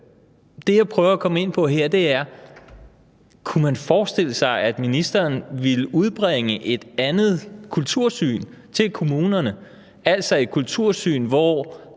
det, jeg prøver at komme ind på her, er: Kunne man forestille sig, at ministeren ville udbringe et andet syn til kommunerne, altså et kultursyn, hvor